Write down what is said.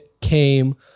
came